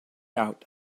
out